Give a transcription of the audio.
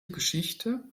geschichte